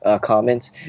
comments